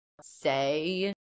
say